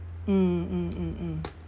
mm mm mm mm